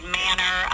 manner